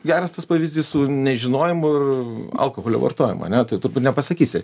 geras tas pavyzdys su nežinojimu alkoholio vartojimu ane tai tu nepasakysi